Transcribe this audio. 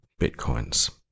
bitcoins